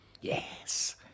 Yes